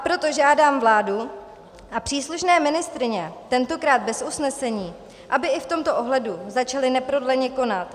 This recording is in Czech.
Proto žádám vládu a příslušné ministryně, tentokrát bez usnesení, aby i v tomto ohledu začaly neprodleně konat.